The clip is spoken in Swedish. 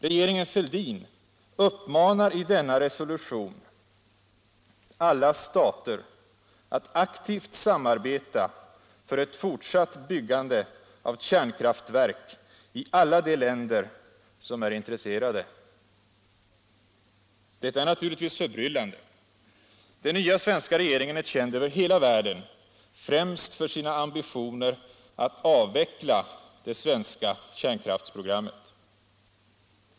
Regeringen Fälldin uppmanar i denna resolution alla stater att aktivt samarbeta för ett fortsatt byggande av kärnkraftverk i alla de länder som är intresserade. Detta är naturligtvis förbryllande. Den nya svenska regeringen är känd över hela världen främst för sina ambitioner att avveckla det svenska kärnkraftsprogrammet.